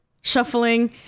shuffling